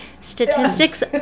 statistics